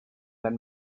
that